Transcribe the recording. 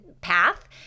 path